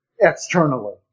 externally